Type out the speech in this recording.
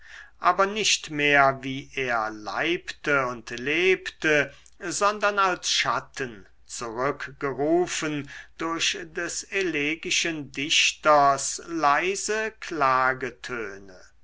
aber nicht mehr wie er leibte und lebte sondern als schatten zurückgerufen durch des elegischen dichters leise